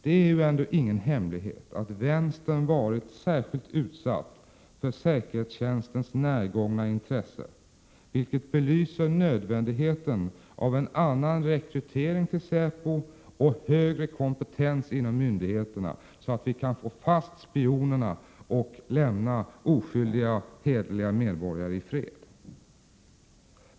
Det är ju ändå ingen hemlighet att vänstern varit särskilt utsatt för säkerhetstjänstens närgångna intresse, vilket belyser nödvändigheten av en annan rekrytering till säpo och högre kompetens inom myndigheterna, så att vi kan få fast spionerna och lämna oskyldiga hederliga medborgare i fred.